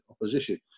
opposition